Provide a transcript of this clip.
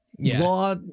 law